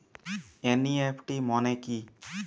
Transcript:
NEFT মনে কি?